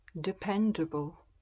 Dependable